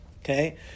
Okay